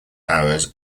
hours